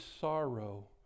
sorrow